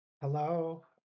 Hello